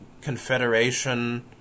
confederation